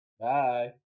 Bye